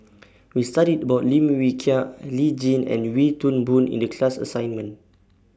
We studied about Lim Wee Kiak Lee Tjin and Wee Toon Boon in The class assignment